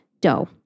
dough